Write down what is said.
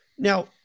Now